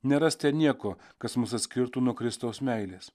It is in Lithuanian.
nerasite nieko kas mus atskirtų nuo kristaus meilės